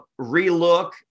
relook